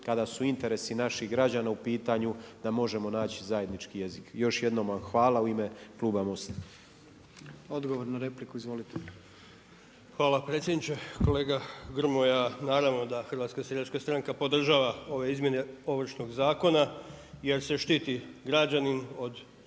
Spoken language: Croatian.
kada su interesi naših građana u pitanju da možemo naći zajednički jezik. Još jednom vam hvala u ime kluba Most-a. **Jandroković, Gordan (HDZ)** Odgovor na repliku. **Vlaović, Davor (HSS)** Hvala predsjedniče. Kolega Grmoja, naravno da HSS podržava ove izmjene Ovršnog zakona jer se štiti građanin od